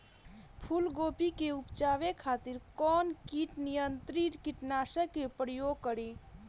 फुलगोबि के उपजावे खातिर कौन कीट नियंत्री कीटनाशक के प्रयोग करी?